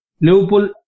Liverpool